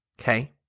Okay